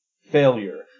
failure